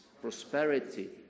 prosperity